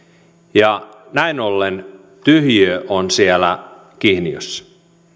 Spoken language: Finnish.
ja näin ollen tyhjiö on siellä kihniössä